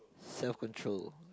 self control